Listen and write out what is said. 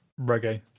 reggae